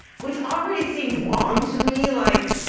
which already seemed wrong to me. like,